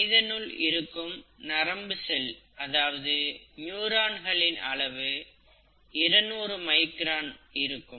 மனிதனில் இருக்கும் நரம்பு செல் அதாவது நியூரான்களின் அளவு 200 மைக்ரான் இருக்கும்